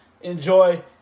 Enjoy